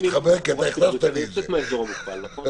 תחבורה ציבורית יוצאת מהאזור המוגבל, נכון?